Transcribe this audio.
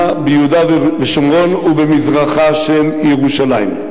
ביהודה ושומרון ובמזרחה של ירושלים.